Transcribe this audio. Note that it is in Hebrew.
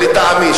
לטעמי,